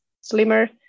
Slimmer